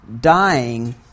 dying